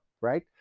right